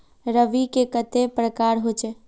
रवि के कते प्रकार होचे?